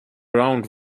round